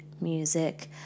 music